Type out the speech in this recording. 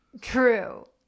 true